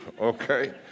Okay